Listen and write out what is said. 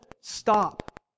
stop